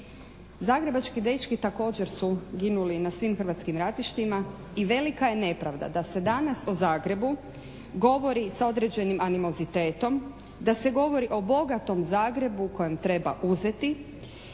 Zagrebački dečki također su ginuli na svim hrvatskim ratištima i velika je nepravda da se danas o Zagrebu govori sa određenim animozitetom, da se govori o bogatom Zagrebu kojem treba uzeti